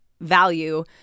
value